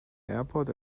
airport